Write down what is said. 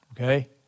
okay